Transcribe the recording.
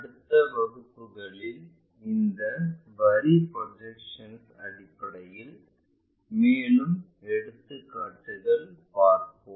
அடுத்த வகுப்புகளில் இந்த வரி ப்ரொஜெக்ஷன் அடிப்படையில் மேலும் எடுத்துக்காட்டுகள் பார்ப்போம்